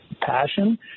passion